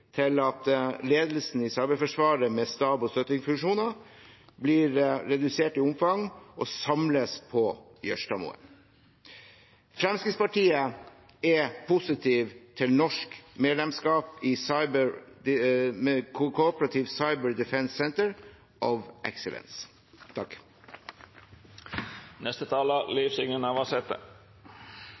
til å håndtere cyberdomenet i militære operasjoner. Fremskrittspartiet er positiv til at ledelsen i Cyberforsvaret med stab og støttefunksjoner blir redusert i omfang og samlet på Jørstadmoen. Fremskrittspartiet er positiv til norsk medlemskap i Cooperative Cyber Defence